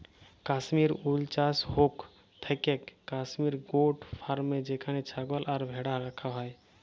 Kashmir wool চাস হৌক থাকেক কাশ্মির গোট ফার্মে যেখানে ছাগল আর ভ্যাড়া রাখা হয়